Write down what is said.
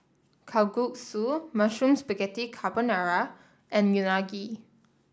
Kalguksu Mushroom Spaghetti Carbonara and Unagi